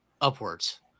upwards